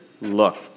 Look